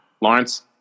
Lawrence